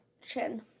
chin